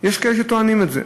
יש כאלה שטוענים את זה,